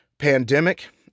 pandemic